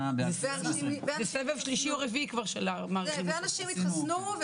הוחל, ואנשים התחסנו,